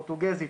פורטוגזית,